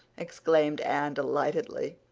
exclaimed anne delightedly.